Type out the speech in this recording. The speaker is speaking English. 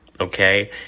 okay